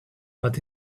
but